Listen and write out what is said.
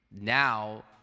now